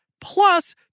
plus